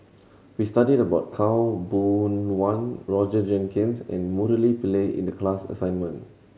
we studied about Khaw Boon Wan Roger Jenkins and Murali Pillai in the class assignment